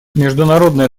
международное